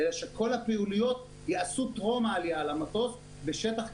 דו-שיח עם נציגי הממשלה.